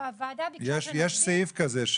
סעיף כזה.